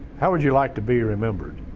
how would you like to be remembered?